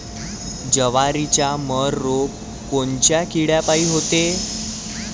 जवारीवरचा मर रोग कोनच्या किड्यापायी होते?